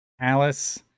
Alice